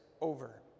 over